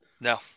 No